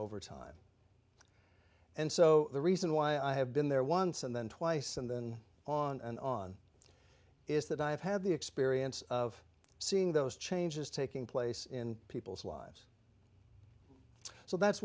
over time and so the reason why i have been there once and then twice and then on and on is that i have had the experience of seeing those changes taking place in people's lives so that's